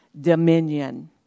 dominion